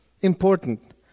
important